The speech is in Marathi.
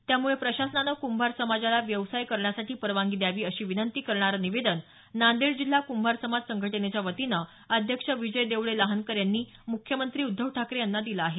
त्यामुळं प्रशासनानं कुंभार समाजाला व्यवसाय करण्यासाठी परवानगी द्यावी अशी विनंती करणारं निवेदन नांदेड जिल्हा कुंभार समाज संघटनेच्या वतीनं अध्यक्ष विजय देवडे लहानकर यांनी मुख्यमंत्री उद्धव ठाकरे यांना दिलं आहे